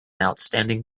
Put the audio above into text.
outstanding